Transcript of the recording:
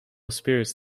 spirits